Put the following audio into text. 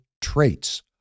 traits